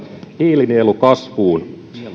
hiilinielu kasvuun